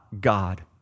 God